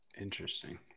interesting